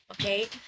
Okay